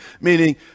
meaning